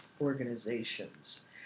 organizations